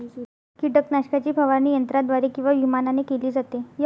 कीटकनाशकाची फवारणी यंत्राद्वारे किंवा विमानाने केली जाते